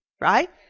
right